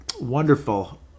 wonderful